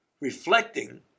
reflecting